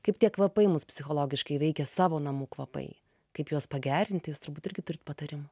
kaip tie kvapai mus psichologiškai veikia savo namų kvapai kaip juos pagerinti jūs turbūt irgi turit patarimų